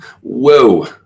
Whoa